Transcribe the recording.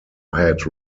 had